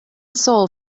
soul